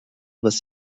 was